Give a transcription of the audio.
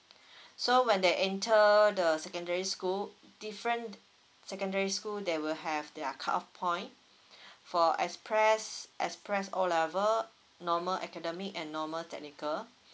so when they enter the secondary school different secondary school they will have their cut off point for express express O level normal academic and normal technical